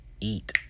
Eat